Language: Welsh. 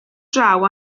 draw